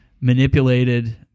manipulated